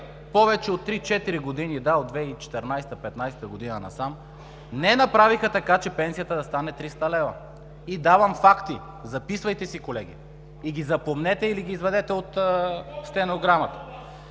повече от три-четири години, да, от 2014 – 2015 г. насам, не направиха така, че пенсията да стане 300 лева. И давам факти: записвайте си, колеги, и ги запомнете или ги извадете от стенограмата